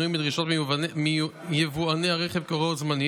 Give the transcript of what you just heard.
אדוני היושב-ראש,